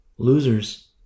Losers